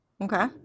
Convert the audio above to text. Okay